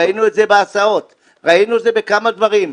ראינו את זה בהסעות, ראינו את זה בכמה דברים.